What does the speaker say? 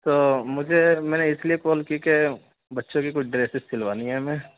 تو مجھے میں نے اِس لیے کال کی کہ بچوں کی کچھ ڈریسس سلوانی ہے ہمیں